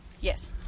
Yes